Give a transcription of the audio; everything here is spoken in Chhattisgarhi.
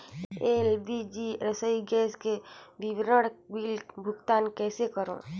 एल.पी.जी रसोई गैस के विवरण बिल भुगतान कइसे करों?